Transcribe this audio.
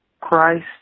Christ